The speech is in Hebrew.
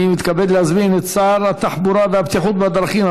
אני מתכבד להזמין את שר התחבורה והבטיחות בדרכים,